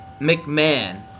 McMahon